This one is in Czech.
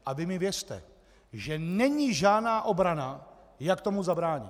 A vy mi věřte, že není žádná obrana, jak tomu zabránit.